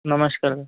नमस्कार